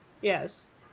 Yes